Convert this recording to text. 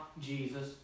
Jesus